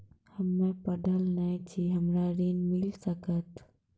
हम्मे पढ़ल न छी हमरा ऋण मिल सकत?